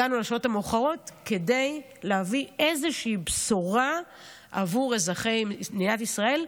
הגענו לשעות המאוחרות כדי להביא איזושהי בשורה עבור אזרחי מדינת ישראל,